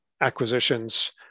acquisitions